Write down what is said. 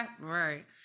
Right